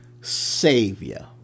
Savior